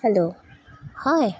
hello হয়